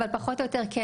אבל פחות או יותר כן,